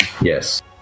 yes